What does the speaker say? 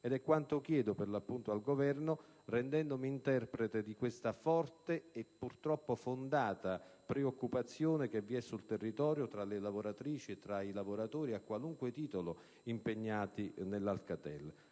è quanto chiedo al Governo, rendendomi interprete di questa forte e purtroppo fondata preoccupazione diffusa sul territorio tra le lavoratrici ed i lavoratori a qualunque titolo impegnati nella Alcatel.